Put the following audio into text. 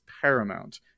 paramount